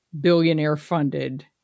billionaire-funded